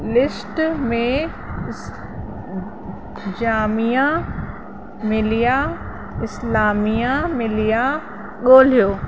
list में जामिया मिलिया इस्लामिया मिलिया ॻोल्हियो